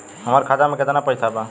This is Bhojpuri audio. हमार खाता मे केतना पैसा बा?